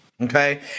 Okay